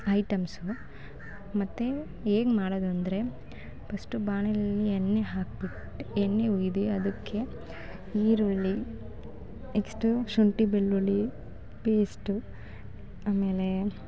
items ಮತ್ತು ಹೇಗ್ ಮಾಡೋದು ಅಂದರೆ ಪಸ್ಟು ಬಾಣಲೆಯಲ್ಲಿ ಎಣ್ಣೆ ಹಾಕಿಬಿಟ್ಟು ಎಣ್ಣೆ ಹುಯ್ದು ಅದಕ್ಕೆ ಈರುಳ್ಳಿ ನೆಕ್ಸ್ಟು ಶುಂಠಿ ಬೆಳ್ಳುಳ್ಳಿ ಪೇಸ್ಟು ಆಮೇಲೆ